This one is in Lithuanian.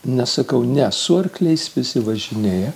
ne sakau ne su arkliais visi važinėja